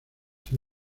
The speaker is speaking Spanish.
sin